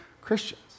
Christians